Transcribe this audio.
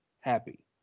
happy